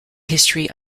history